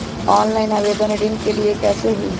Online आवेदन ऋन के लिए कैसे हुई?